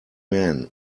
man